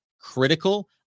critical